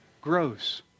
grows